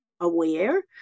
aware